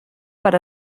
per